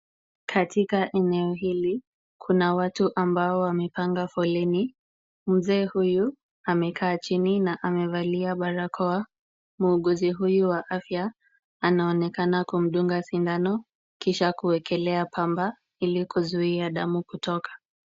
Katika eneo hili, kuna watu wamepanga foleni. Mzee huyu amekaa chini na amevalia barakoa. Muuguzi huyu wa afya anaonekana kumdunga sindano kisha kuekelea pamba ili kuzuia damu kutoka.